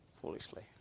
foolishly